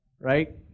right